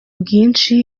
bwinshi